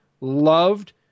loved